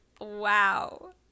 wow